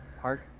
Park